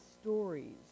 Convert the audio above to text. stories